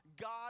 God